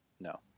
no